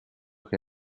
che